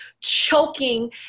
choking